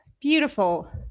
beautiful